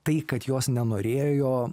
tai kad jos nenorėjo